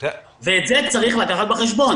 ואת זה צריך לקחת בחשבון.